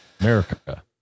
America